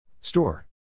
Store